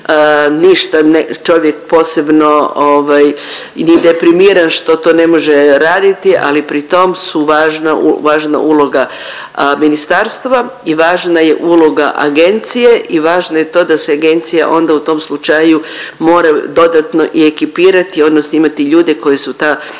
ništa čovjek posebno ovaj ni deprimiran što to ne može raditi ali pri tom su važna uloga ministarstva i važna je uloga agencije i važno je to da se agencija onda u tom slučaju mora dodatno i ekipirati odnosno imati ljude koji su ta znanja